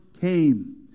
came